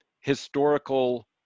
historical